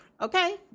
Okay